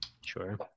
sure